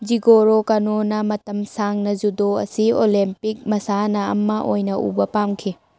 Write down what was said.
Jigoro ꯀꯥꯅꯣꯅ ꯃꯇꯝ ꯁꯥꯡꯅ ꯖꯨꯗꯣ ꯑꯁꯤ ꯑꯣꯂꯦꯝꯄꯤꯛ ꯃꯁꯥꯟꯅ ꯑꯃ ꯑꯣꯏꯅ ꯎꯕ ꯄꯥꯝꯈꯤ